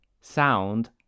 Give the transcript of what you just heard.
sound